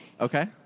Okay